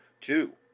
two